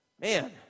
Man